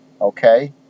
Okay